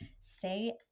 say